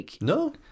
No